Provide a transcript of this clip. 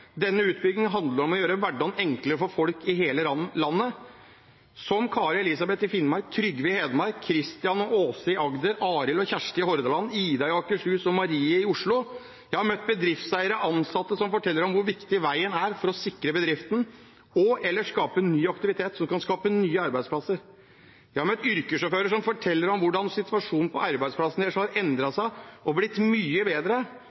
Denne utbyggingen handler om å gjøre hverdagen enklere for folk i hele landet, som Kari Elisabeth i Finnmark, Trygve i Hedmark, Kristian og Åse i Agder, Arild og Kjersti i Hordaland, Ida i Akershus og Marie i Oslo. Jeg har møtt bedriftseiere og ansatte som forteller om hvor viktig veien er for å sikre bedriften og/eller skape ny aktivitet som kan skape nye arbeidsplasser. Jeg har møtt yrkessjåfører som forteller om hvordan situasjonen på arbeidsplassen deres har endret seg og blitt mye bedre.